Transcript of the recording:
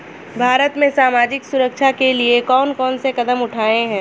भारत में सामाजिक सुरक्षा के लिए कौन कौन से कदम उठाये हैं?